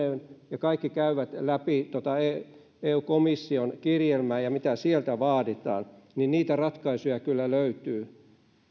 ja kaikki käyvät läpi tuota eu eu komission kirjelmää ja mitä sieltä vaaditaan niin niitä ratkaisuja kyllä löytyy